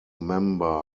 member